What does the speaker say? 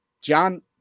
John